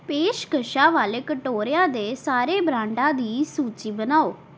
ਪੇਸ਼ਕਸ਼ਾਂ ਵਾਲੇ ਕਟੋਰਿਆ ਦੇ ਸਾਰੇ ਬ੍ਰਾਂਡਾਂ ਦੀ ਸੂਚੀ ਬਣਾਓ